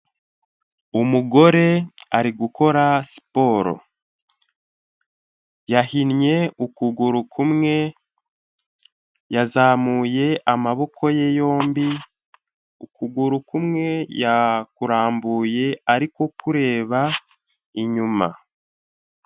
Umugore ari gukora siporo yahinnye ukuguru kumwe, yazamuye amaboko ye yombi, ukuguru kumwe yakurambuye ariko kureba inyuma.